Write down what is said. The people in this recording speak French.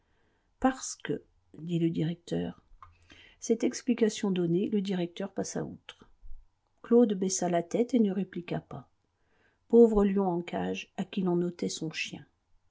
parce que dit le directeur cette explication donnée le directeur passa outre claude baissa la tête et ne répliqua pas pauvre lion en cage à qui l'on ôtait son chien